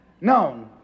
known